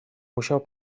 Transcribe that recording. musiał